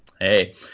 Hey